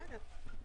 בסדר.